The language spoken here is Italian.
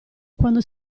quando